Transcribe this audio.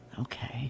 Okay